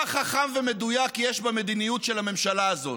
מה חכם ומדויק יש במדיניות של הממשלה הזאת?